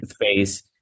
face